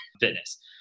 fitness